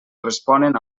responen